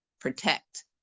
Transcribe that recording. protect